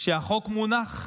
שהחוק מונח,